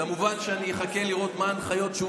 ואני כמובן אחכה לראות מה ההנחיות שהוא